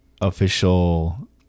official